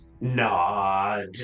nod